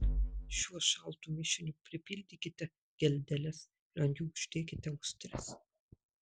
šiuo šaltu mišiniu pripildykite geldeles ir ant jų uždėkite austres